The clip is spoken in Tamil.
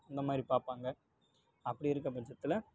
இந்த மாதிரி பார்ப்பாங்க அப்படி இருக்க பட்சத்தில்